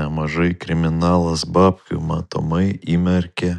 nemažai kriminalas babkių matomai įmerkė